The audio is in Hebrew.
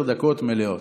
עשר דקות מלאות,